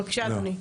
בבקשה, אדוני.